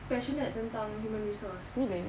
passionate tentang human resource